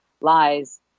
lies